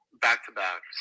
Back-to-back